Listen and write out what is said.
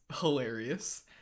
hilarious